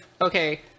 okay